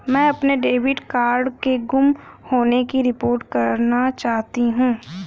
मैं अपने debit card के गुम होने की रिपोर्ट करना चाहती हूँ